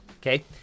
Okay